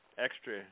Extra